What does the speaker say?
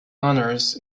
honours